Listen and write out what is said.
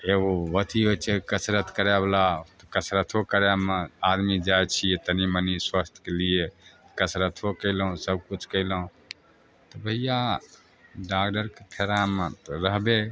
एगो अथी होइ छै कसरत करय बला कसरतो करयमे आदमी जाइ छियै तऽ तनी मनी स्वस्थ शके लिए कसरतो केलहुॅं सबकिछु केलहुॅं तऽ भैया डॉक्डरके फेरामे तऽ रहबै